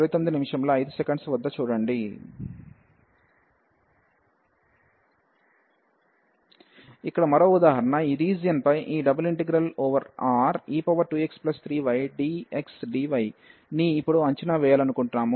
ఇక్కడ మరో ఉదాహరణ ఈ రీజియన్ పై ఈ Re2x3ydxdy ని ఇప్పుడు అంచనా వేయాలనుకుంటున్నాము